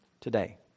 Today